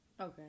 Okay